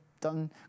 done